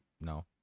No